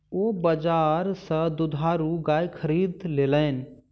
ओ बजार सा दुधारू गाय खरीद लेलैन